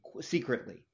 secretly